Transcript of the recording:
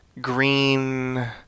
green